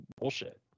bullshit